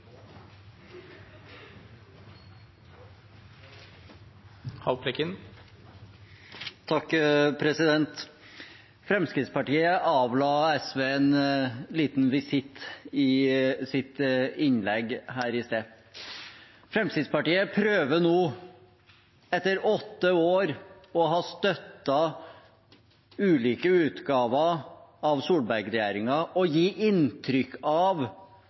Fremskrittspartiet avla SV en liten visitt i sitt innlegg her i sted. Fremskrittspartiet prøver nå, etter i åtte år å ha støttet ulike utgaver av Solberg-regjeringen, å gi inntrykk av